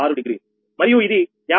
6 degree మరియు ఇది 58